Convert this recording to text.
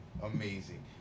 amazing